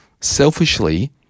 selfishly